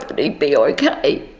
be be okay.